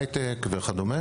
הייטק וכדומה